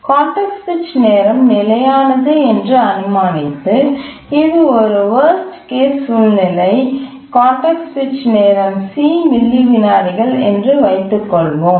context சுவிட்ச் நேரம் நிலையானது என்று அனுமானித்து இது ஒரு வர்ஸ்ட் கேஸ் சூழ்நிலை கான்டெக்ஸ்ட் சுவிட்ச் நேரம் c மில்லி விநாடிகள் என்று வைத்துக்கொள்வோம்